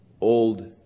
old